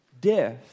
Death